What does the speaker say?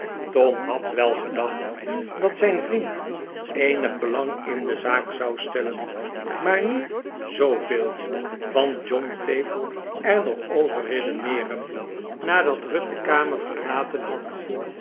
tom had wel gedacht dat zijn vriend eenig belang in de zaak zou stellen maar niet zoo veel want john bleef er nog over redeneeren nadat ruth de kamer verlaten had